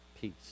Peace